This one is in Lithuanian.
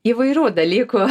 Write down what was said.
įvairių dalykų